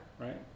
right